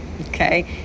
Okay